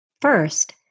First